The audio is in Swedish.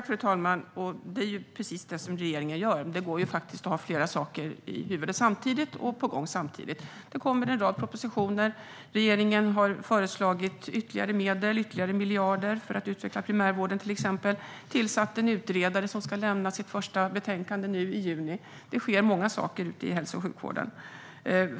Fru talman! Det är precis vad regeringen gör. Det går att ha flera saker i huvudet samtidigt och på gång samtidigt. Det kommer en rad propositioner. Regeringen har föreslagit ytterligare miljarder för att utveckla primärvården, och det har tillsatts en utredare som lägger fram sitt första betänkande i juni. Det sker många saker i hälso och sjukvården.